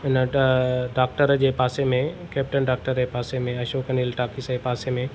हिन वटि डॉक्टर जे पासे में कैप्टन डॉक्टर जे पासे में अशोक अनिल टॉकीज़ जे पासे में